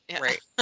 right